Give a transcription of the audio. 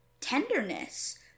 tenderness